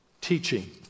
Teaching